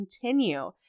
continue